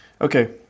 Okay